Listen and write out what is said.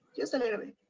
just a little bit.